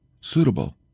suitable